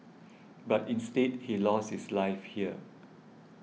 but instead he lost his life here